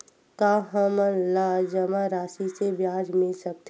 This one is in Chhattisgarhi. का हमन ला जमा राशि से ब्याज मिल सकथे?